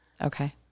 Okay